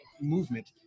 movement